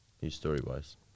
history-wise